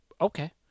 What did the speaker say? okay